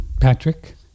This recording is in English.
Patrick